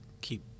keep